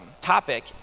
topic